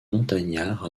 montagnard